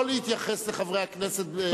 לא להתייחס לחברי הכנסת.